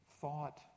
thought